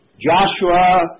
Joshua